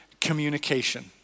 communication